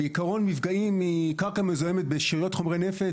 בעיקרון מפגעים מקרקע מזוהמת בשאריות חומרי נפץ,